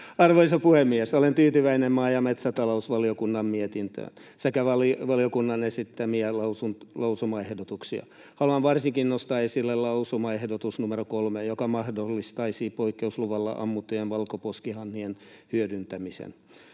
Arvoisa puhemies! Olen tyytyväinen maa- ja metsätalousvaliokunnan mietintöön sekä valiokunnan esittämiin lausumaehdotuksiin. Haluan varsinkin nostaa esille lausumaehdotuksen numero 3, joka mahdollistaisi poikkeusluvalla ammuttujen valkoposkihanhien hyödyntämisen.